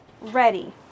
ready